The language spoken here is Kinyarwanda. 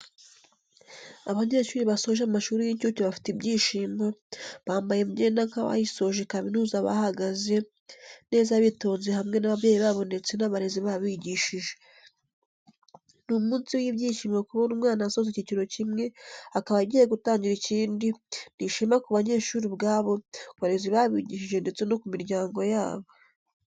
Abanyeshuri basoje amashuri y'incuke bafite ibyishimo, bambaye imyenda nk'iyabasoje kaminuza bahagaze neza bitonze hamwe n'ababyeyi babo ndetse n'abarezi babigishije. Ni umunsi w'ibyishimo kubona umwana asoza icyiciro kimwe akaba agiye gutangira ikindi, ni ishema ku banyeshuri ubwabo, ku barezi babigishije ndetse no ku miryango yabo.